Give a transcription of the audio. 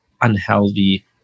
unhealthy